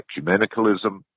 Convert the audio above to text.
ecumenicalism